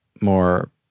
more